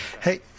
Hey